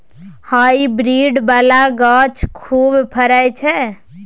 hybrid बला गाछ खूब फरइ छै